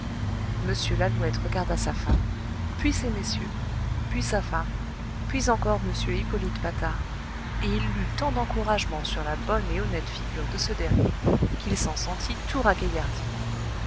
m lalouette regarda sa femme puis ces messieurs puis sa femme puis encore m hippolyte patard et il lut tant d'encouragement sur la bonne et honnête figure de ce dernier qu'il s'en sentit tout